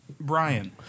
Brian